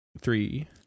three